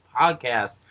podcast